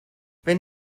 wenn